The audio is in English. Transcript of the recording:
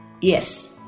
Yes